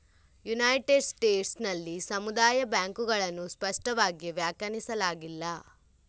United States ನಲ್ಲಿ ಸಮುದಾಯ ಬ್ಯಾಂಕುಗಳನ್ನು ಸ್ಪಷ್ಟವಾಗಿ ವ್ಯಾಖ್ಯಾನಿಸಲಾಗಿಲ್ಲ